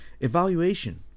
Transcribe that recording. Evaluation